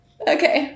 Okay